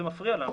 זה מפריע לנו.